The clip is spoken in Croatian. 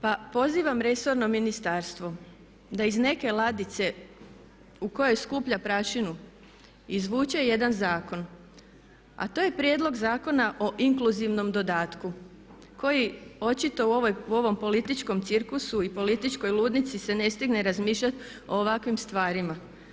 Pa pozivam resorno ministarstvo da iz neke ladice u kojoj skuplja prašinu izvuče jedan zakon, a to je prijedlog Zakona o inkluzivnom dodatku koji očito u ovom političkom cirkusu i političkoj ludnici se ne stigne razmišljati o ovakvim stvarima.